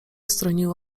stroniły